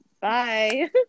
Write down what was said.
bye